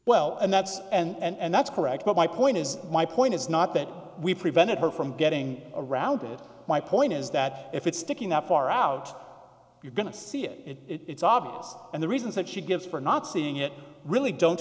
well and that's and that's correct but my point is my point is not that we prevented her from getting around it my point is that if it's sticking out far out you're going to see it it's obvious and the reasons that she gives for not seeing it really don't